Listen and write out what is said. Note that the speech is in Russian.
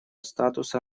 статуса